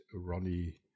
Ronnie